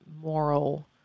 moral